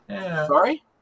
Sorry